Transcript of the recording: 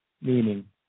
meaning